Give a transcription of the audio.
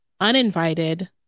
uninvited